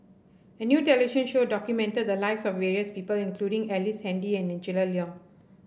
a new television show documented the lives of various people including Ellice Handy and Angela Liong